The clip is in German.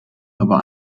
aber